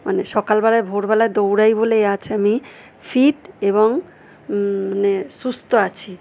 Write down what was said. মানে সকালবেলায় ভোরবেলায় দৌড়ায় বলেই আজ আমি ফিট এবং মানে সুস্থ আছি